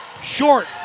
Short